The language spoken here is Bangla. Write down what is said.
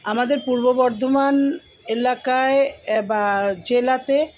আমাদের পূর্ব বর্ধমান এলাকায় বা জেলাতে